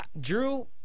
Drew